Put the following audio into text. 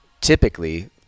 typically